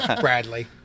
Bradley